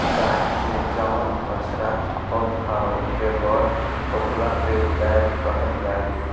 गाई से जवन बछड़ा होत ह ओके बड़ होखला पे बैल कहल जाई